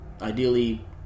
ideally